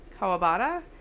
Kawabata